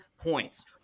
points